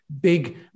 big